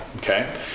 Okay